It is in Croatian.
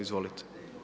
Izvolite.